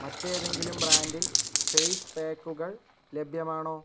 മറ്റേതെങ്കിലും ബ്രാൻഡിൽ ഫേയ്സ് പായ്ക്കുകൾ ലഭ്യമാണോ